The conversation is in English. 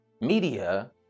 media